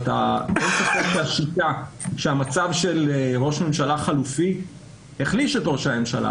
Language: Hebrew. אין ספק שהמצב של ראש ממשלה חלופי החליש את ראש הממשלה.